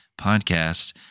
podcast